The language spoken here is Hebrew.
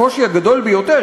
הקושי הגדול ביותר,